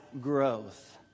growth